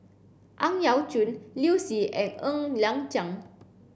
Ang Yau Choon Liu Si and Ng Liang Chiang